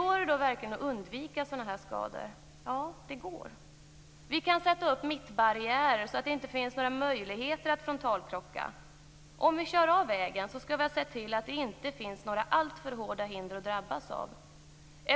Går det då verkligen att undvika sådana här skador? Ja, det går. Vi kan sätta upp mittbarriärer så att det inte finns några möjligheter att frontalkrocka. Vi skall ha sett till att det inte finns några alltför hårda hinder att drabbas av om vi kör av vägen.